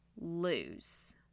lose